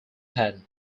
hand